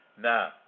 Now